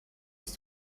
dass